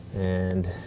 and